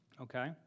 Okay